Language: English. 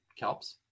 kelps